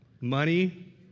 Money